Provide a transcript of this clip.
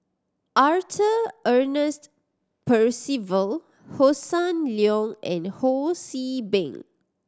Arthur Ernest Percival Hossan Leong and Ho See Beng